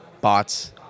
bots